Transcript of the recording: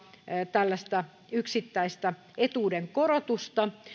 tällaista yksittäistä etuuden korotusta